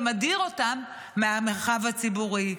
ומדיר אותן מהמרחב הציבורי.